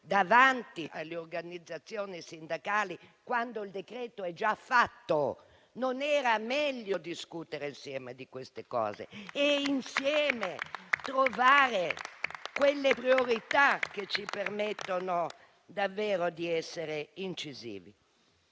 davanti alle organizzazioni sindacali, quando è stato già fatto? Non era meglio discutere insieme di questi temi e insieme individuare quelle priorità che ci permettono davvero di essere incisivi?